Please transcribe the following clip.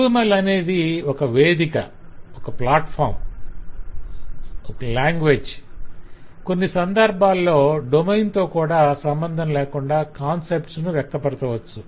UML అనేది ఒక వేదిక - లాంగ్వేజ్ ప్లాట్ఫారం కొన్ని సందర్భాల్లో డొమైన్ తో కూడా సంబంధంలేకుండా కాన్సెప్ట్ ను వ్యక్తపరచవచ్చు